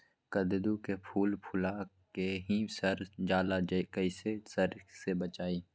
कददु के फूल फुला के ही सर जाला कइसे सरी से बचाई?